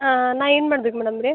ಹಾಂ ನಾ ಏನು ಮಾಡ್ಬೇಕು ಮೇಡಮ್ ರೀ